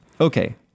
Okay